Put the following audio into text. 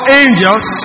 angels